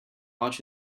watch